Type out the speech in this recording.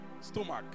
stomach